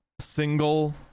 single